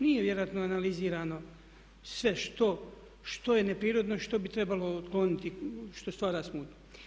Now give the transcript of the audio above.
Nije vjerojatno analizirano sve što je neprirodno i što bi trebalo otkloniti što stvara sumnju.